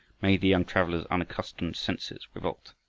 made the young traveler's unaccustomed senses revolt.